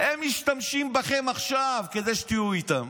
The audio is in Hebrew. הם משתמשים בכם עכשיו כדי שתהיו איתם.